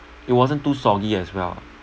it wasn't too soggy as well ah